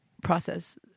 process